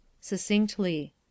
Succinctly